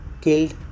killed